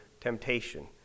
temptation